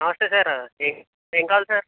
నమస్తే సార్ ఏమి కావాలి సార్